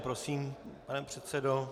Prosím, pane předsedo.